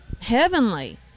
heavenly